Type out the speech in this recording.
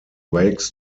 wakes